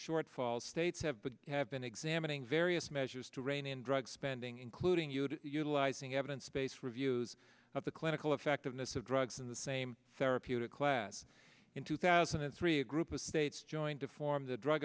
shortfalls states have been have been examining various measures to rein in drug spending including you to utilizing evidence based reviews of the clinical effectiveness of drugs in the same therapeutic class in two thousand and three a group of states joined to form the drug